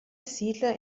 siedler